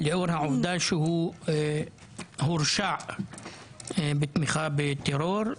לאור העובדה שהוא הורשע בתמיכה בטרור.